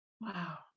Wow